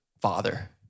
Father